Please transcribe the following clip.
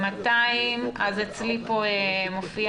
אז אצלי פה מופיע